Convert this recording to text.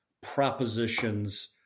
propositions